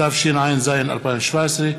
התשע"ז 2017,